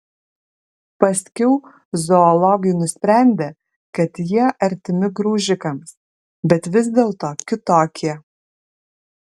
paskiau zoologai nusprendė kad jie artimi graužikams bet vis dėlto kitokie